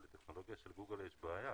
אבל לטכנולוגיה של גוגל יש בעיה,